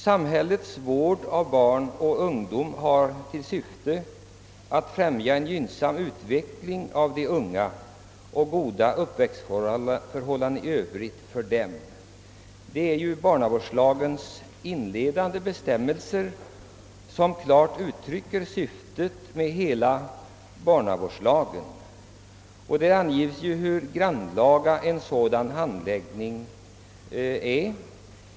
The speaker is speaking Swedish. »Samhällets vård av barn och ungdom har till syfte att främja en gynnsam utveckling av de unga och goda uppväxtförhållanden i övrigt för dem.» Denna barnavårdslagens inledande bestämmelse uttrycker klart syftet med hela 1agen. Där anges hur grannlaga handläggningen är.